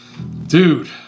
Dude